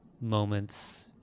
moments